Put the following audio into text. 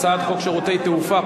הצעת חוק שירותי תעופה,